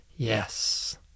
Yes